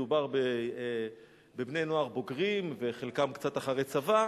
מדובר בבני-נוער בוגרים וחלקם קצת אחרי צבא.